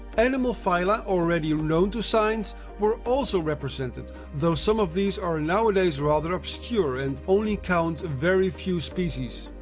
animal phyla already known to science were also represented, though some of these are nowadays rather obscure and only count very few species.